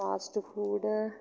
fast food